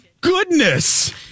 goodness